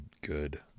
good